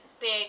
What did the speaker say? big